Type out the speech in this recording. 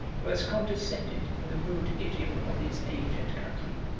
who has condescended, in the rude idiom of his age and country,